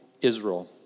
Israel